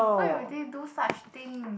why would they do such things